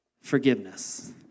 forgiveness